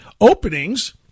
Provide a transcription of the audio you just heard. openings